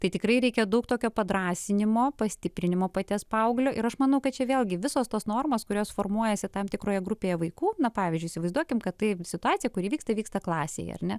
tai tikrai reikia daug tokio padrąsinimo pastiprinimo paties paauglio ir aš manau kad čia vėlgi visos tos normos kurios formuojasi tam tikroje grupėje vaikų na pavyzdžiui įsivaizduokim kad tai situacija kuri vyksta vyksta klasėje ar ne